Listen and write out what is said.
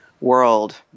world